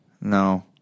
No